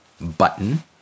button